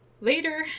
Later